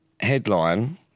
headline